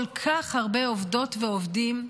כל כך הרבה עובדות ועובדים,